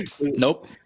Nope